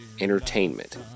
Entertainment